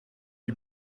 die